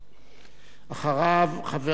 אחריו, חבר הכנסת גאלב מג'אדלה.